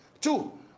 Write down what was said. Two